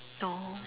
no